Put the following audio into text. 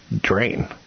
drain